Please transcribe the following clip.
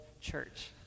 church